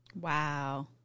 Wow